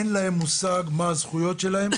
אין לאנשים מושג לגבי הזכויות שלהם,